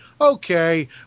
Okay